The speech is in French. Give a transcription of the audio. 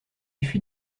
fut